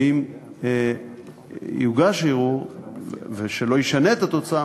ואם יוגש ערעור שלא ישנה את התוצאה,